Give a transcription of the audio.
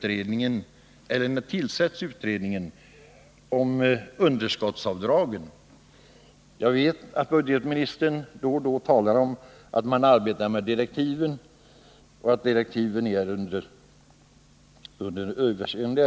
När tillsätts utredningen om underskottsavdragen? Jag vet att budgetministern då och då talar om att man arbetar med direktiven. 3.